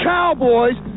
Cowboys